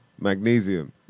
magnesium